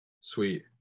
Sweet